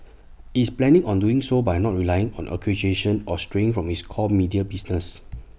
IT is planning on doing so by not relying on acquisitions or straying from its core media business